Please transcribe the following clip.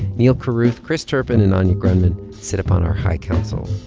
neal carruth, chris turpin and anya grundmann sit upon our high council.